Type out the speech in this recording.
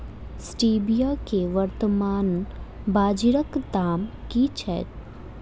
Stevia केँ वर्तमान बाजारीक दाम की छैक?